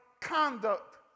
conduct